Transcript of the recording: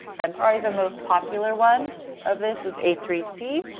and probably the most popular one of this is a three c,